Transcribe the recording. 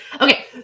Okay